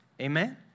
Amen